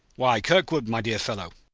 why, kirkwood, my dear fellow!